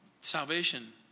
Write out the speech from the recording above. Salvation